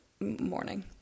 morning